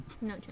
No